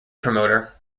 promoter